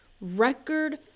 record